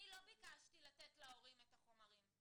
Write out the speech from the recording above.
אני לא ביקשתי לתת להורים את החומרים.